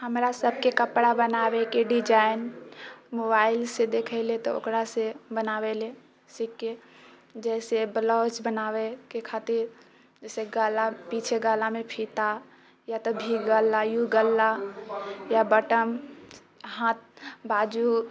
हमरासभके कपड़ा बनाबैके डिजाइन मोबाइलसँ देखैलए तऽ ओकरासँ बनाबैलए सीखिकऽ जैसे ब्लाउज बनाबैके खातिर जैसे गला पीछे गलामे फीता या तऽ वी गला यू गला या बटम हाथ बाजू